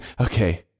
okay